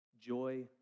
Joy